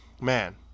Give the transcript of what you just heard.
man